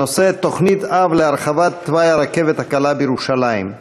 הנושא: תוכנית-אב להרחבת תוואי הרכבת הקלה בירושלים.